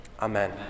Amen